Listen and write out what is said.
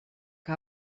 que